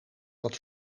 dat